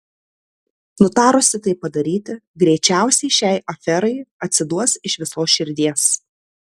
nutarusi tai padaryti greičiausiai šiai aferai atsiduos iš visos širdies